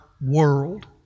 world